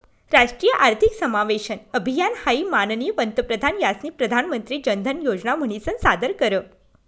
राष्ट्रीय आर्थिक समावेशन अभियान हाई माननीय पंतप्रधान यास्नी प्रधानमंत्री जनधन योजना म्हनीसन सादर कर